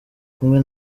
kumwe